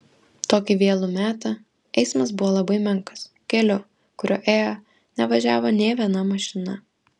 tokį vėlų metą eismas buvo labai menkas keliu kuriuo ėjo nevažiavo nė viena mašina